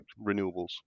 renewables